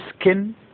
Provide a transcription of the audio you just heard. skin